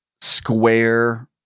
square